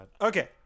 Okay